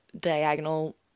diagonal